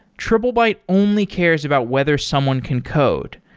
triplebyte only cares about whether someone can code.